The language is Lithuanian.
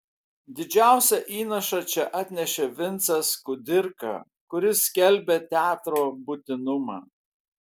didžiausią įnašą čia atnešė vincas kudirka kuris skelbė teatro būtinumą